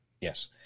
Yes